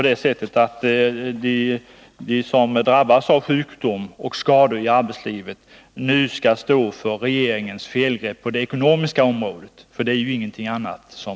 De som drabbas av sjukdom och skador i arbetslivet skall tydligen betala regeringens felgrepp på det ekonomiska området — det är vad det är fråga om.